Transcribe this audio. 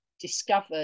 discovered